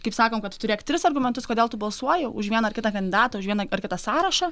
kaip sakom kad turėk tris argumentus kodėl tu balsuoji už vieną ar kitą kandidatą už vieną ar kitą sąrašą